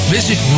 Visit